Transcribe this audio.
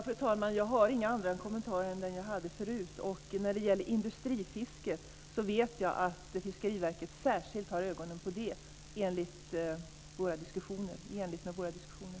Fru talman! Jag har inga andra kommentarer än de jag hade förut. När det gäller industrifisket vet jag att Fiskeriverket särskilt har ögonen på detta, i enlighet med våra diskussioner.